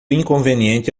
inconveniente